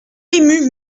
ému